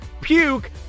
puke